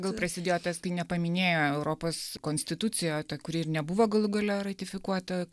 gal prasidėjo tas kai nepaminėjo europos konstitucija kuri ir nebuvo galų gale ratifikuota kad